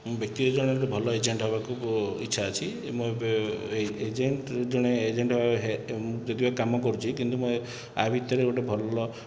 ମୁଁ ବ୍ୟକ୍ତିଗତ ଜଣେ ଭଲ ଏଜେଣ୍ଟ ହେବାକୁ ଇଛା ଅଛି ମୁଁ ଏବେ ଏ ଏଜେଣ୍ଟ ଜଣେ ଏଜେଣ୍ଟ ହେବା ଯଦି ବା କାମ କରୁଛି କିନ୍ତୁ ୟା ଭିତରେ ଗୋଟିଏ ଭଲ